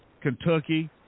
Kentucky